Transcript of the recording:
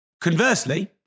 Conversely